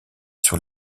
sur